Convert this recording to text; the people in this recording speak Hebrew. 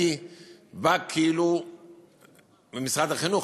אני בא ממשרד החינוך,